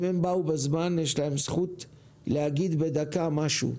אם הם באו בזמן יש להם זכות בדקה להגיד משהו,